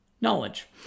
knowledge